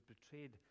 betrayed